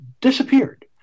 Disappeared